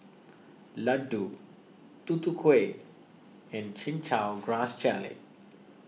Laddu Tutu Kueh and Chin Chow Grass Jelly